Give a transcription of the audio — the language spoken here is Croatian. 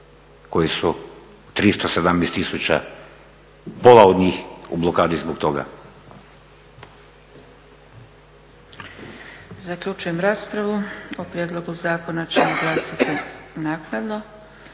koji su 317 tisuća pola od njih u blokadi zbog toga.